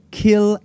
kill